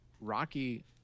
Rocky –